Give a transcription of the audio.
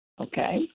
okay